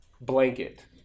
blanket